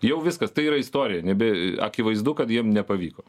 jau viskas tai yra istorija nebe akivaizdu kad jiem nepavyko